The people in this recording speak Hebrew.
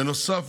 בנוסף,